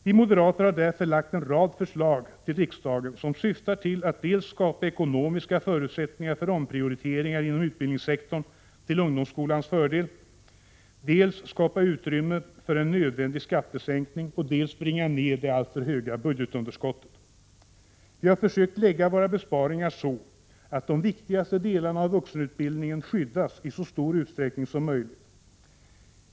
Vi moderater har därför lagt en rad förslag till riksdagen som syftar till att dels skapa ekonomiska förutsättningar för omprioriteringar inom utbildningssektorn till ungdomsskolans fördel, dels skapa utrymme för en nödvändig skattesänkning och dels bringa ned det alltför höga budgetunderskottet. Vi har försökt lägga våra besparingar så, att de viktigaste delarna av vuxenutbildningen skyddas i så stor utsträckning som möjligt.